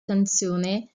canzone